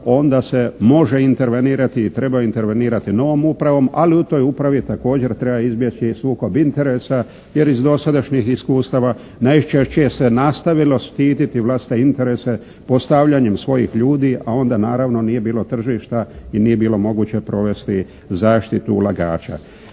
onda se može intervenirati i treba intervenirati novom upravom. Ali u toj upravi također treba izbjeći i sukob interesa jer iz dosadašnjih iskustava najčešće se je nastavilo štiti vlastite interese postavljanjem svojih ljudi, a onda naravno nije bilo tržišta i nije bilo moguće provesti zaštitu ulagača.